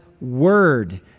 word